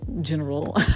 general